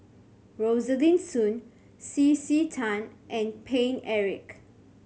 Rosaline Soon C C Tan and Paine Eric